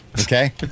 Okay